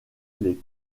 les